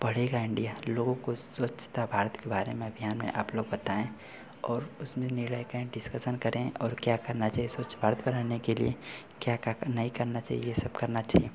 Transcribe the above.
बढ़ेगा इंडिया लोगों को स्वच्छता भारत के बारे में अभियान में आप लोग बताएं और उसमें निर्णय लें डिस्कशन करें और क्या करना चाहिए स्वच्छ भारत को रहने के लिए क्या क्या करना ही करना चहिए ई सब करना चाहिए